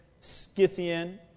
Scythian